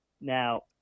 Now